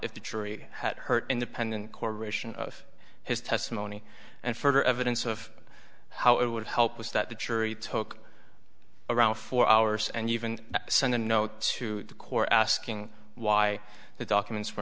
if the jury had heard independent corporation of his testimony and further evidence of how it would help with that the jury took around four hours and even sent a note to the corps asking why the documents